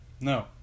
No